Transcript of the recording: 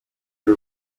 rwe